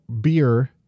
beer